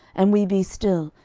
and we be still,